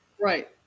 Right